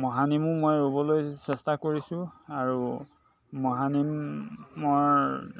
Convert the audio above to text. মহানিমো মই ৰুবলৈ চেষ্টা কৰিছোঁ আৰু মহানিমৰ